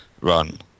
run